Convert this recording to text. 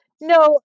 no